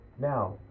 Now